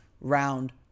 round